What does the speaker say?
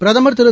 பிரதமர் திரு